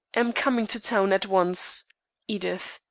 am coming to town at once edith.